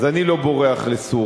אז אני לא בורח לסוריה.